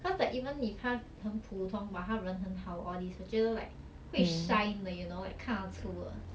cause like even if 他很普通 but 他人很好 all these 我觉得 like 会 shine 的 you know like 看得出 ah